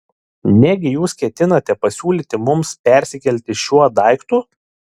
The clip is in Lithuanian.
negi jūs ketinate pasiūlyti mums persikelti šiuo daiktu